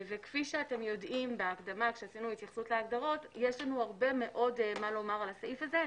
יש לנו הרבה מאוד מה לומר על הסעיף הזה.